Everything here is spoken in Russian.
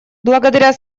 благодаря